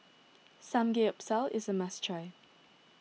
Samgeyopsal is a must try